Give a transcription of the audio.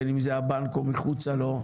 בין אם זה הבנק או מחוצה לו,